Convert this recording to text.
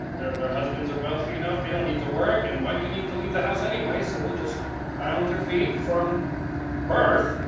their husbands are wealthy enough they don't need to work and why do you need to leave the house anyway, so we'll just bound your feet from birth,